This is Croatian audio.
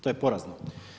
To je porazno.